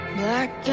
Black